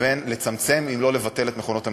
מתכוון לצמצם, אם לא לבטל, את מכונות המשחק.